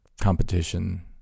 competition